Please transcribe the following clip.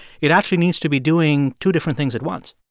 it actually needs to be doing two different things at once